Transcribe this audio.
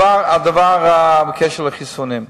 בקשר לחיסונים,